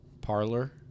parlor